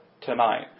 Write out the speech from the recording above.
tonight